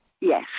Yes